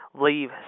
leave